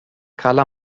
karla